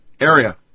area